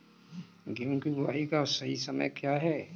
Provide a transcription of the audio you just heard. गेहूँ की बुआई का सही समय क्या है?